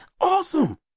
Awesome